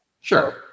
Sure